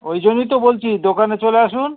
ওই জন্যেই তো বলছি দোকানে চলে আসুন